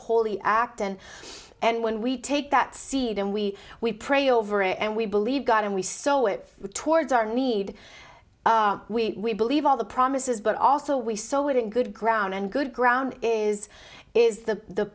holy act and and when we take that seed and we we pray over it and we believe god and we saw it towards our need we believe all the promises but also we saw it in good ground and good ground is is the